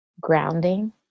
grounding